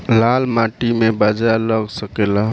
लाल माटी मे बाजरा लग सकेला?